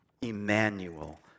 Emmanuel